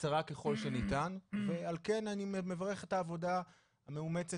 קצרה ככל שניתן ועל כן אני מברך את העבודה המאומצת